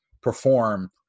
perform